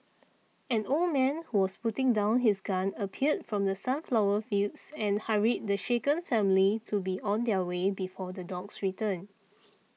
an old man who was putting down his gun appeared from the sunflower fields and hurried the shaken family to be on their way before the dogs return